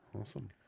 Awesome